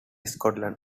scotland